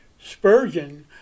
Spurgeon